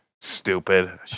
stupid